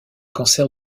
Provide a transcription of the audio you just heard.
cancer